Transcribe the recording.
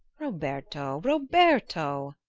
roberto! roberto!